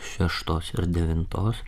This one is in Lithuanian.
šeštos ir devintos